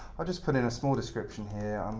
i'll just put in a small description here.